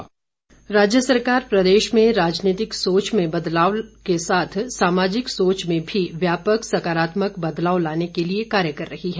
जयराम राज्य सरकार प्रदेश में राजनीतिक सोच में बदलाव के साथ सामाजिक सोच में भी व्यापक सकारात्मक बदलाव लाने के लिए कार्य कर रही है